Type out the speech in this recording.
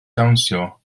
dawnsio